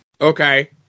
okay